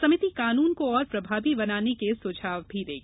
समिति कानून को प्रभावी बनाने के सुझाव भी देगी